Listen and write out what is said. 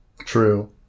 True